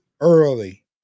early